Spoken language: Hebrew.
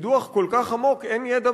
בקידוח כל כך עמוק אין ידע,